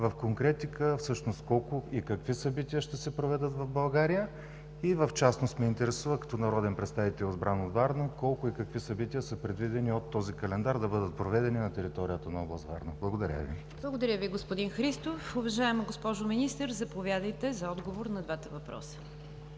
в конкретика колко и какви събития ще се проведат в България? В частност ме интересува – като народен представител, избран от Варна, колко и какви събития са предвидени от този календар да бъдат проведени на територията на област Варна? Благодаря Ви. ПРЕДСЕДАТЕЛ НИГЯР ДЖАФЕР: Благодаря Ви, господин Христов. Уважаема госпожо Министър, заповядайте за отговор на двата въпроса.